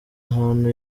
ahantu